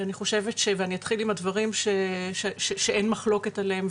ואני אתחיל עם הדברים שאין מחלוקת עליהם,